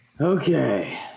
Okay